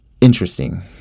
interesting